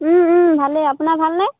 ভালেই আপোনাৰ ভালনে